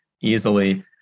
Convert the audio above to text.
easily